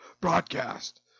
broadcast